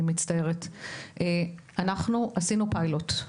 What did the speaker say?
אנחנו עשינו פיילוט,